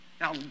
Now